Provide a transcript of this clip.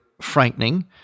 frightening